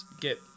get